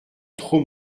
trop